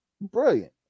Brilliant